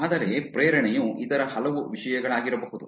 ಆದರೆ ಪ್ರೇರಣೆಯು ಇತರ ಹಲವು ವಿಷಯಗಳಾಗಿರಬಹುದು